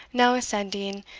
now ascending,